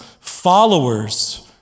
followers